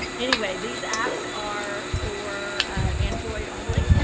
anyway, these apps are for android only.